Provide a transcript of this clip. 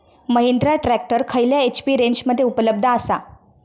Mahindra tractor खयल्या HP रेंजमध्ये उपलब्ध आसा?